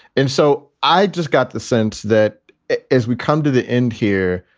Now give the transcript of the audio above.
and so i just got the sense that as we come to the end here,